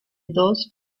dos